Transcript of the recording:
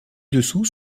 dessous